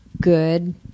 good